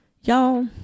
Y'all